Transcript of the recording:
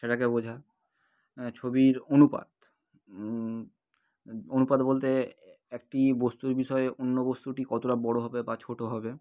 সেটাকে বোঝা ছবির অনুপাত অনুপাত বলতে এএকটি বস্তুর বিষয়ে অন্য বস্তুটি কতটা বড়ো হবে বা ছোটো হবে